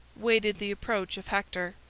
waited the approach of hector.